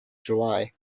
july